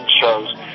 shows